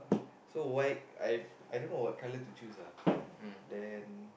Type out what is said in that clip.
so white I I don't know what colour to choose ah then